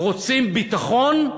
רוצים ביטחון?